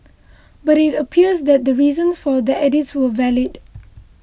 but it appears that the reasons for the edits were valid